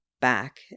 Back